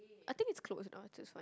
I think it's close now so it's fine